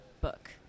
book